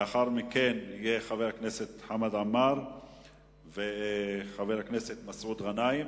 לאחר מכן יהיו חבר הכנסת חמד עמאר וחבר הכנסת מסעוד גנאים.